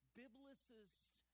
biblicist